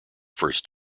first